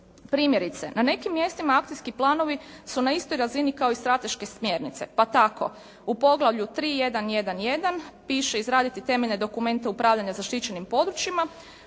Primjerice na nekim mjestima akcijski planovi su na istoj razini kao i strateške smjernice. Pa tako u poglavlju 3.1.1.1. piše: Izraditi temeljne dokumente upravljanja zaštićenim područjima.